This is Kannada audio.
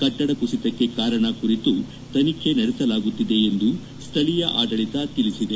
ಕಟ್ಟಡ ಕುಸಿತಕ್ಕೆ ಕಾರಣ ಕುರಿತು ತನಿಖೆ ನಡೆಸಲಾಗುತ್ತಿದೆ ಎಂದು ಸ್ವಳೀಯ ಆಡಳಿತ ತಿಳಿಸಿದೆ